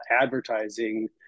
advertising